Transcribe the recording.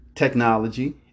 Technology